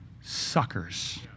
suckers